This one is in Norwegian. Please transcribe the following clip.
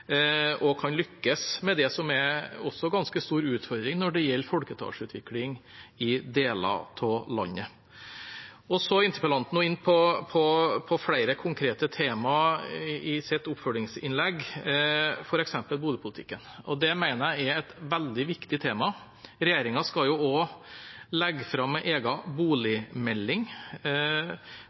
som også er en ganske stor utfordring når det gjelder folketallsutvikling, i deler av landet. Interpellanten var inne på flere konkrete temaer i sitt oppfølgingsinnlegg, f.eks. boligpolitikken, og det mener jeg er et veldig viktig tema. Regjeringen skal også legge fram en egen boligmelding.